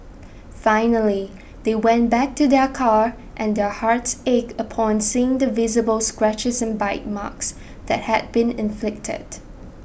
finally they went back to their car and their hearts ached upon seeing the visible scratches and bite marks that had been inflicted